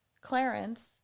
Clarence